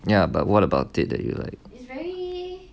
ya but what about it that you like